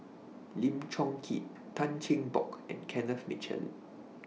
Lim Chong Keat Tan Cheng Bock and Kenneth Mitchell